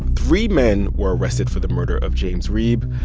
three men were arrested for the murder of james reeb.